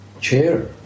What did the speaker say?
chair